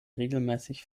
regelmäßig